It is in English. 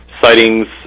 sightings